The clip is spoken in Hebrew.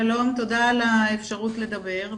שלום, תודה על האפשרות לדבר.